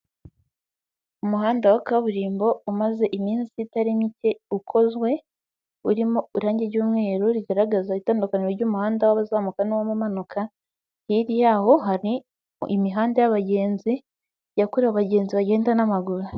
Umuhanda wa kaburimbo umaze iminsi itari mike ukozwe, urimo irangi ry'umweru rigaragaza itandukaniro ry'umuhanda w'abazamuka n'uwabanuka, hirya yaho hari imihanda y'abagenzi, yakorewe abagenzi bagenda n'amaguru.